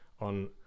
on